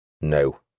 no